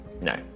No